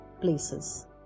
places